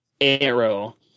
Arrow